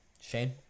Shane